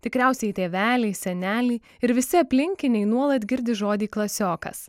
tikriausiai tėveliai seneliai ir visi aplinkiniai nuolat girdi žodį klasiokas